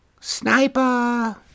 sniper